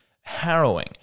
harrowing